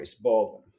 Baldwin